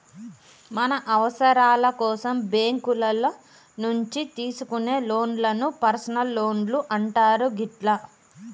మన అవసరాల కోసం బ్యేంకుల నుంచి తీసుకునే లోన్లను పర్సనల్ లోన్లు అంటారు గిట్లా